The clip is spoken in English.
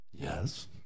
Yes